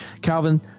calvin